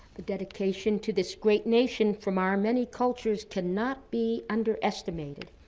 the dedication to this great nation from our many cultures cannot be underestimated.